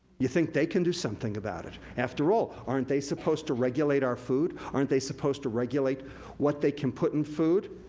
you think they can do something about it. after all, aren't they supposed to regulate our food? aren't they supposed to regulate what they can put in food?